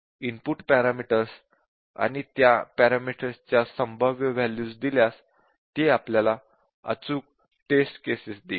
input parameters आणि त्या parameters च्या संभाव्य वॅल्यूज दिल्यास ते आपल्याला अचूक टेस्ट केसेस देईल